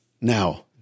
Now